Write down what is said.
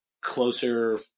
closer